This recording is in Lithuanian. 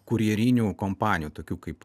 kurjerinių kompanijų tokių kaip